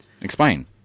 Explain